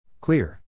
Clear